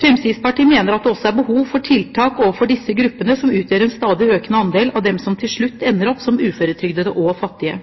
Fremskrittspartiet mener at det også er behov for tiltak overfor disse gruppene, som utgjør en stadig økende andel av dem som til slutt ender opp som uføretrygdede og fattige.